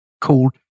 called